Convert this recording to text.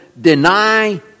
deny